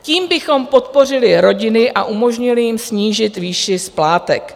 Tím bychom podpořili rodiny a umožnili jim snížit výši splátek.